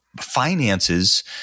finances